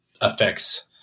affects